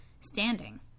standing